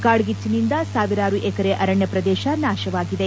ಕಾಡ್ಗಿಚ್ಚನಿಂದ ಸಾವಿರಾರು ಎಕರೆ ಅರಣ್ಯ ಪ್ರದೇಶ ನಾಶವಾಗಿದೆ